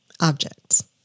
objects